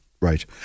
Right